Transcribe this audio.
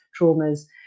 traumas